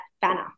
banner